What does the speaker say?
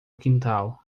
quintal